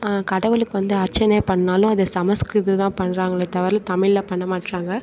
கடவுளுக்கு வந்து அர்ச்சனை பண்ணாலும் அதை சமஸ்கிருததான் பண்றங்களே தவிர தமிழில் பண்ணமாட்டறங்க